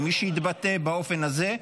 ומי שיתבטא באופן הזה,